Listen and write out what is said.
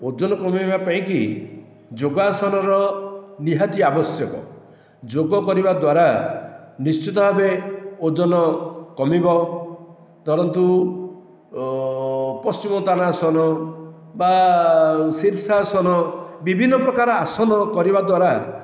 ଓଜନ କମାଇବା ପାଇଁକି ଯୋଗାସନର ନିହାତି ଆବଶ୍ୟକ ଯୋଗ କରିବା ଦ୍ୱାରା ନିଶ୍ଚିତ ଭାବେ ଓଜନ କମିବ ଧରନ୍ତୁ ପଶ୍ଚିମ ତାନାସନ ବା ଶୀର୍ଷାସନ ବିଭିନ୍ନ ପ୍ରକାର ଆସନ କରିବା ଦ୍ୱାରା